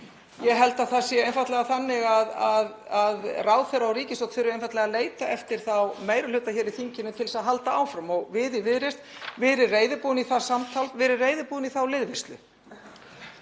Ég held að það sé einfaldlega þannig að ráðherra og ríkisstjórn þurfi þá að leita eftir meiri hluta hér í þinginu til að halda áfram og við í Viðreisn erum reiðubúin í það samtal, við erum reiðubúin í þá liðveislu.